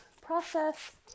process